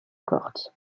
cortes